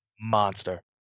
monster